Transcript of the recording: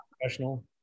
professional